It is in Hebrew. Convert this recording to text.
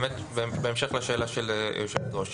באמת, בהמשך לשאלה של יושבת הראש: